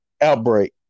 outbreak